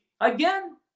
again